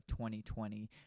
2020